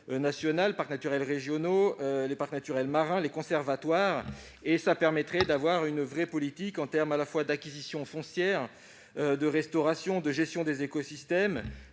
parcs naturels régionaux, les parcs naturels marins et les conservatoires, ce qui permettrait d'avoir une vraie politique en matière d'acquisitions foncières, de restauration, de gestion des écosystèmes